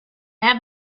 have